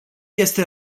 este